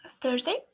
Thursday